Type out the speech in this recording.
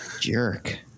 Jerk